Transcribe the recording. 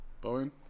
Bowen